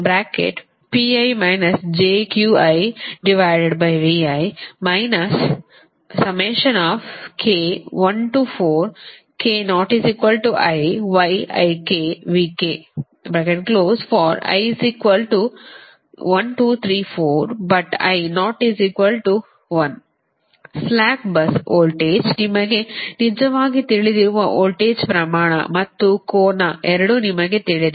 slack bus voltage ನಿಮಗೆ ನಿಜವಾಗಿ ತಿಳಿದಿರುವ ವೋಲ್ಟೇಜ್ ಪ್ರಮಾಣ ಮತ್ತು ಕೋನ ಎರಡೂ ನಿಮಗೆ ತಿಳಿದಿದೆ